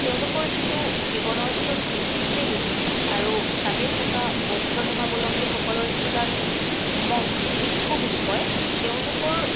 তেওঁলোকৰ যিটো জীৱনৰ যিটো ডিচিপ্লিনিটি আৰু তাতে থকা বৌদ্ধ ধৰ্মাৱলম্বী সকলৰ যিবিলাক মংক ভিক্ষু বুলি কয় তেওঁলোকৰ